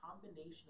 combination